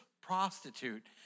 prostitute